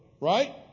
Right